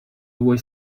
vuoi